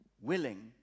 willing